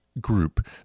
group